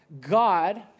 God